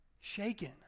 shaken